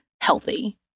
healthy